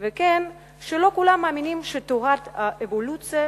וכן שלא כולם מאמינים שתורת האבולוציה